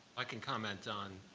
i can comment on